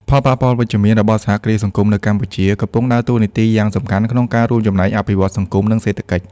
ផលប៉ះពាល់វិជ្ជមានរបស់សហគ្រាសសង្គមនៅកម្ពុជា កំពុងដើរតួនាទីយ៉ាងសំខាន់ក្នុងការរួមចំណែកអភិវឌ្ឍន៍សង្គម និងសេដ្ឋកិច្ច។